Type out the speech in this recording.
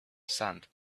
sand